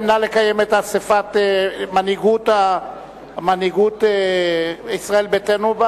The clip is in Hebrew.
נא לקיים את אספת מנהיגות ישראל ביתנו,